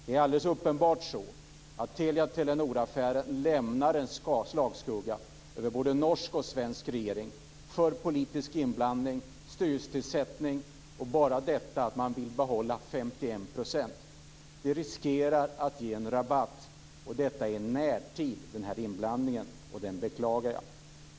Det är alldeles uppenbart att Telia-Telenoraffären lämnar en slagskugga över både den norska och den svenska regeringen för politisk inblandning och styrelsetillsättning. Detta att man vill behålla 51 % riskerar att ge en rabatt. Den här inblandningen har skett i närtid, och jag beklagar den.